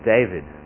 David